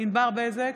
ענבר בזק,